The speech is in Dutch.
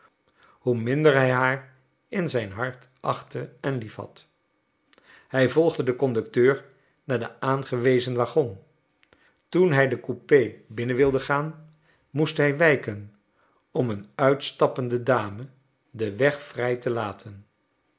hoe minder hij haar in zijn hart achtte en liefhad hij volgde den conducteur naar den aangewezen waggon toen hij de coupé binnen wilde gaan moest hij wijken om een uitstappende dame den weg vrij te laten